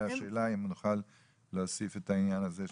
השאלה אם נוכל להוסיף את העניין הזה?